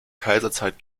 kaiserzeit